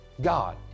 God